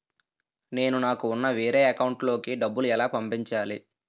నేను నాకు ఉన్న వేరే అకౌంట్ లో కి డబ్బులు ఎలా పంపించాలి?